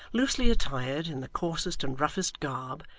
loosely attired, in the coarsest and roughest garb,